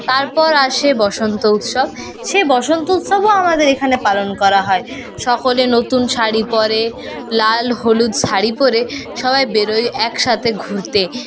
তারপর আসে বসন্ত উৎসব সে বসন্ত উৎসবও আবার এখানে পালন করা হয় সকলে নতুন শাড়ি পরে লাল হলুদ শাড়ি পরে সবাই বেরোয় একসাথে ঘুরতে